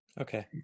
okay